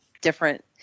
different